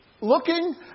looking